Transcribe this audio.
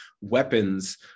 weapons